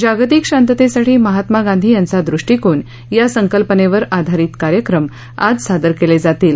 जागतिक शांततेसाठी महात्मा गांधी यांचा दृष्टीकोन या संकल्पनेवर आधारित कार्यक्रम आज सादर केले जाणार आहेत